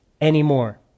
anymore